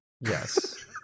yes